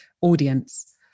audience